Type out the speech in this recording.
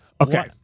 Okay